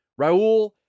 Raul